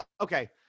Okay